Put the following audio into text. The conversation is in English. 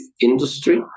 industry